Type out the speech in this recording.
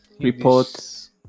Reports